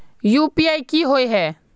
UPI की होय है?